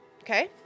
Okay